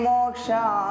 Moksha